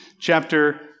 chapter